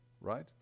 right